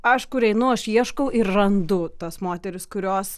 aš kur einu aš ieškau ir randu tas moteris kurios